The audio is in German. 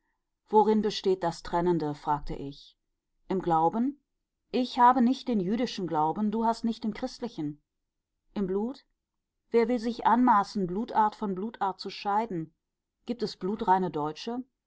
worin besteht das trennende fragte ich im glauben ich habe nicht den jüdischen glauben du hast nicht den christlichen im blut wer will sich anmaßen blutart von blutart zu scheiden gibt es blutreine deutsche